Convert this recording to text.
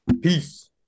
peace